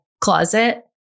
closet